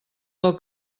del